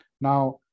Now